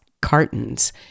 cartons